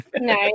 Nice